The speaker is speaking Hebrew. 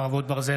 חרבות ברזל),